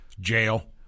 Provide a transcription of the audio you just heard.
Jail